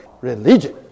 religion